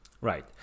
Right